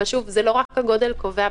אבל שוב, לא רק הגודל קובע.